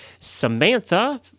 Samantha